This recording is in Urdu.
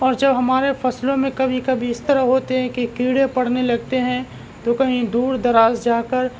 اور جب ہمارے فصلوں میں کبھی کبھی اس طرح ہوتے ہیں کہ کیڑے پڑنے لگتے ہیں تو کہیں دور دراز جا کر